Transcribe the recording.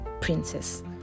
princess